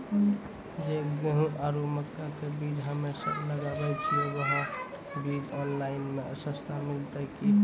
जे गेहूँ आरु मक्का के बीज हमे सब लगावे छिये वहा बीज ऑनलाइन मे सस्ता मिलते की?